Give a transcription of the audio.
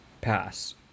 pass